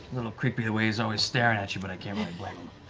little creepy, the way he's always staring at you, but i can't really blame